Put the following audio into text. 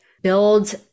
build